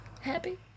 Happy